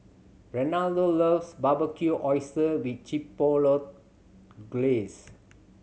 Reynaldo loves Barbecued Oyster with Chipotle Glaze